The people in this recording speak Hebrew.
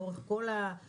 לאורך כל הציר,